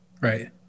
Right